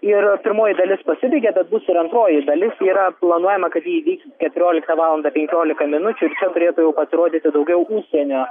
ir pirmoji dalis pasibaigė bet bus ir antroji dalis yra planuojama kad ji įvyks keturioliktą valandą penkiolika minučių ir čia turėtų jau atrodyti daugiau užsienio